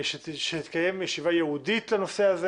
שתתקיים ישיבה ייעודית לנושא הזה